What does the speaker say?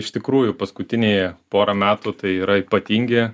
iš tikrųjų paskutiniai pora metų tai yra ypatingi